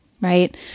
Right